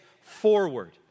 forward